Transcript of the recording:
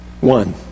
One